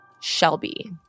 Shelby